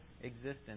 existence